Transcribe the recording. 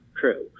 true